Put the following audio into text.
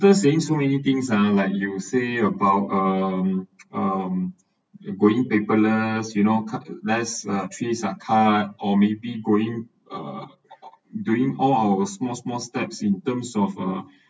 first saying so many things uh like you say about um um going paperless you know cut less uh trees are cut or maybe going uh doing all our small small steps in terms of uh